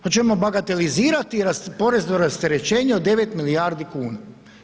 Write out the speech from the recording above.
Hoćemo bagatelizirati porezno rasterećenje od 9 milijardi kuna?